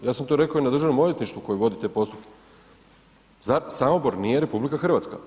Ja sam to rekao i na državnom odvjetništvu koji vodi te postupke, Samobor nije RH.